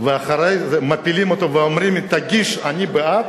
ואחרי זה מפילים, ואומרים: תגיש, אני בעד,